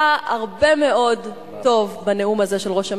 היה הרבה מאוד טוב בנאום הזה של ראש הממשלה,